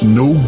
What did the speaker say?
no